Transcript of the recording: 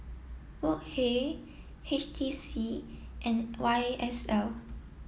Wok Hey H T C and Y S L